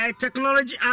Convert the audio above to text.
Technology